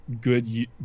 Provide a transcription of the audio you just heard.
good